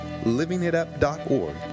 livingitup.org